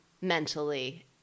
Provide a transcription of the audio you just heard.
mentally